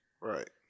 Right